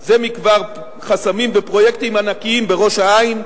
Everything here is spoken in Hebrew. זה מכבר חסמים בפרויקטים ענקיים בראש-העין,